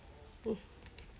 uh